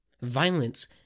Violence